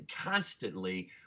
constantly